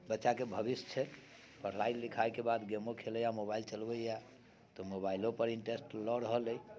बच्चाके भविष्य छै पढ़ाइ लिखाइके बाद गेमो खेलैए मोबाइलो चलबैए तऽ मोबाइलोपर इंटरेस्ट लऽ रहल अइ